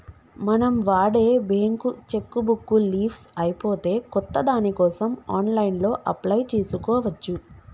మనం వాడే bank cheque book leafs అయిపోతే కొత్త దానికోసం ఆన్లైన్లో అప్లై చేసుకోవచ్చు